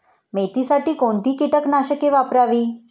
मेथीसाठी कोणती कीटकनाशके वापरावी?